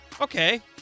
Okay